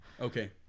Okay